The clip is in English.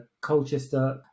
Colchester